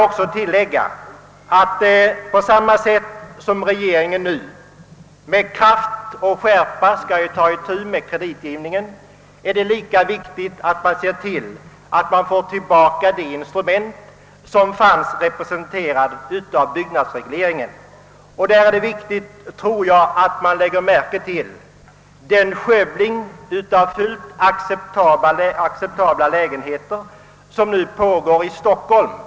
När regeringen nu med kraft och skärpa skall ta itu med kreditgivningen är det viktigt att den får tillbaka det instrument som byggnadsregleringen utgjorde, detta med tanke på den skövling av fullt acceptabla lägenheter som nu pågår i Stockholm.